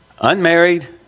Unmarried